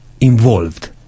involved